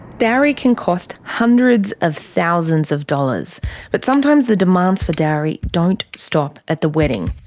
dowry can cost hundreds of thousands of dollars but sometimes the demands for dowry don't stop at the wedding.